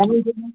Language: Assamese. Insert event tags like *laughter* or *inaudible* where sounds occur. *unintelligible*